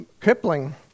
Kipling